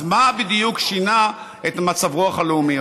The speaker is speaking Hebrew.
אז מה בדיוק שינה את מצב הרוח הלאומי?